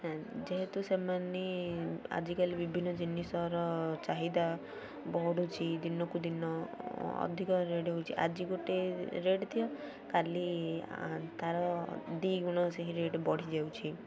ଯେହେତୁ ସେମାନେ ଆଜିକାଲି ବିଭିନ୍ନ ଜିନିଷର ଚାହିଦା ବଢ଼ୁଛି ଦିନକୁ ଦିନ ଅଧିକ ରେଟ୍ ହେଉଛି ଆଜି ଗୋଟେ ରେଟ୍ ଥିବ କାଲି ତା'ର ଦୁଇ ଗୁଣ ସେହି ରେଟ୍ ବଢ଼ିଯାଉଛି